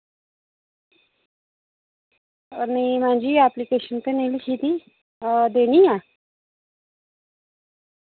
नी ma'am ji application ते नी लिखी दी देनी ऐ